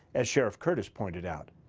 as sheriff curtis pointed out,